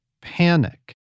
panic